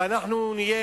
ואנחנו נהיה